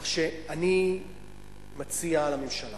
כך שאני מציע לממשלה